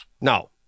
No